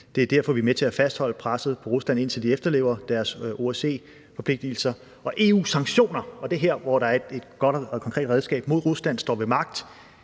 Det er derfor, vi er med til at fastholde presset på Rusland, indtil de efterlever deres OSCE-forpligtelser. Og EU's sanktioner – og det er her, hvor der er et godt og konkret redskab mod Rusland – står ved magt,